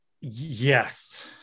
Yes